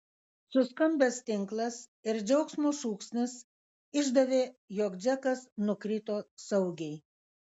suskambęs tinklas ir džiaugsmo šūksnis išdavė jog džekas nukrito saugiai